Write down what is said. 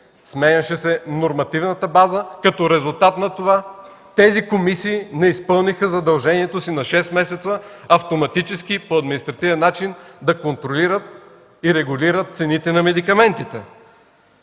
сменяше се нормативната база. Като резултат на това комисиите не изпълниха задължението си на шест месеца автоматически, по административен начин, да контролират и регулират цените на медикаментите!